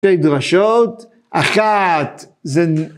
שתי דרשות, אחת זה